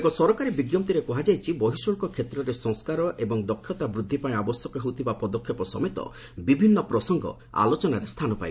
ଏକ ସରକାରୀ ବିଜ୍ଞପ୍ତିରେ କୁହାଯାଇଛି ବର୍ହିଶୁଳ୍କ କ୍ଷେତ୍ରରେ ସଂସ୍କାର ଏବଂ ଦକ୍ଷତା ବୃଦ୍ଧି ପାଇଁ ଆବଶ୍ୟକ ହେଉଥିବା ପଦକ୍ଷେପ ସମେତ ବିଭିନ୍ନ ପ୍ରସଙ୍ଗ ଆଲୋଚନାରେ ସ୍ଥାନ ପାଇବ